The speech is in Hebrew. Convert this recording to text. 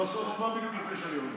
בסוף הוא בא בדיוק לפני שאני עולה.